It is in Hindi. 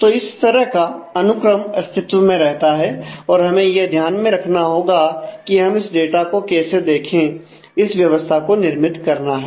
तो इस तरह का अनुक्रम अस्तित्व में रहता है और हमें यह ध्यान में रखना होगा कि हम इस डाटा को कैसे रखें इस व्यवस्था को निर्मित करना है